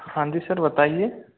हाँ जी सर बताइए